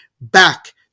back